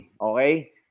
okay